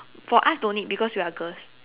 for us don't need because we are girls